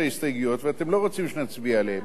ההסתייגויות ואתם לא רוצים שנצביע עליהן.